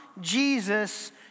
Jesus